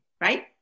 right